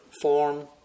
form